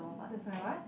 there's my what